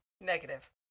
Negative